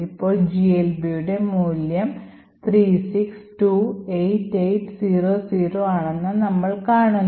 അപ്പോൾ GLBയുടെ മൂല്യം 3628800 ആണെന്ന് നമ്മൾ കാണുന്നു